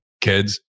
kids